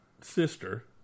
sister